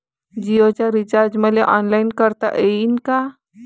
जीओच रिचार्ज मले ऑनलाईन करता येईन का?